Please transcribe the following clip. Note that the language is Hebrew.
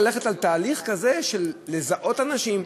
ללכת על תהליך כזה של לזהות אנשים,